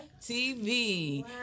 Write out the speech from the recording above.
TV